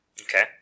Okay